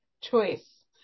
choice